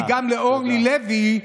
כי גם לאורלי לוי,